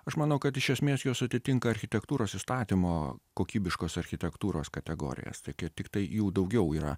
aš manau kad iš esmės jos atitinka architektūros įstatymo kokybiškos architektūros kategorijas tai kai tiktai jų daugiau yra